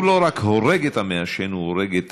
הוא לא רק הורג את המעשן, הוא הורג את